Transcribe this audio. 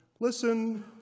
Listen